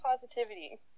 positivity